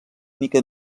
mica